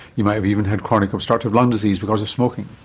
you might have even had chronic obstructive lung disease because of smoking.